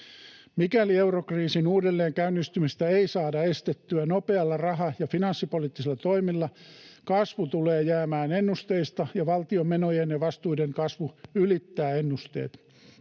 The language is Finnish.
Mikäli eurokriisin uudelleen käynnistymistä ei saada estettyä nopeilla raha- ja finanssipoliittisilla toimilla, kasvu tulee jäämään ennusteista ja valtion menojen ja vastuiden kasvu ylittää ennusteet.